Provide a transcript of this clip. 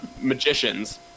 magicians